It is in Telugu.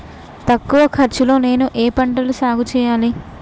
తక్కువ ఖర్చు తో నేను ఏ ఏ పంటలు సాగుచేయాలి?